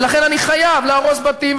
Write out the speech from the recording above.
ולכן אני חייב להרוס בתים,